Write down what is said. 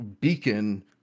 beacon